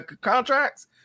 contracts